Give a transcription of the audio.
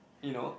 you know